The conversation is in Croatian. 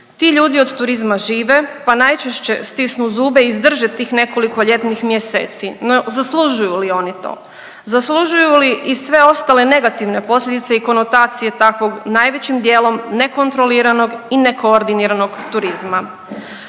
Ti ljudi od turizma žive, pa najčešće stisnu zube, izdrže tih nekoliko ljetnih mjeseci, no zaslužuju li oni to? Zaslužuju li i sve ostale negativne posljedice i konotacije takvog najvećim dijelom nekontroliranog i nekoordiniranog turizma?